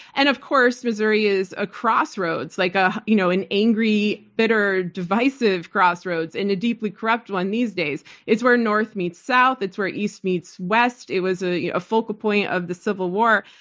and of course, missouri is a crossroads, like ah you know an angry, bitter, divisive crossroads and a deeply corrupt one these days. it's where north meets south. it's where east meets west. it was ah you know a focal point of the civil war.